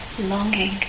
longing